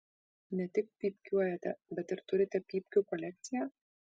ne tik pypkiuojate bet ir turite pypkių kolekciją